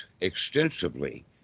extensively